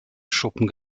schuppen